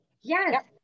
Yes